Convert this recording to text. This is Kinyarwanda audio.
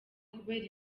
kubera